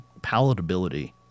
palatability